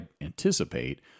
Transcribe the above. anticipate